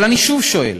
אבל אני שוב שואל: